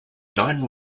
nine